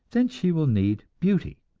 then she will need beauty.